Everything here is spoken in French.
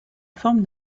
forme